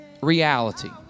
reality